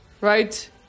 right